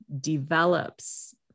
develops